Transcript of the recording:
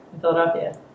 Philadelphia